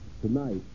Tonight